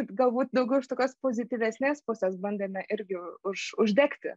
galbūt daugiau iš tokios pozityvesnės pusės bandėme irgi už uždegti